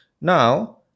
Now